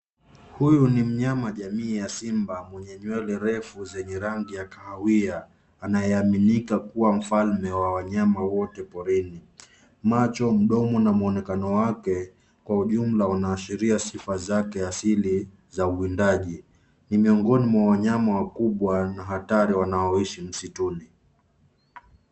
Huyu ni mnyama jamii ya simba mwenye nywele refu zenye rangi ya kahawia, anayeaminika kuwa mfalme wa wanyama wote porini. Macho mdomo na muonekano wake, kwa ujumla unaashiria sifa zake asili, za uwindaji. Ni miongoni mwa wanyama wakubwa na hatari wanaoishi msituni.